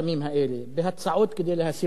בהצעות כדי להסיר את החסמים האלה,